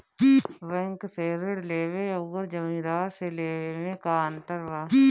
Bank से ऋण लेवे अउर जमींदार से लेवे मे का अंतर बा?